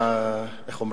שמונע, איך אומרים,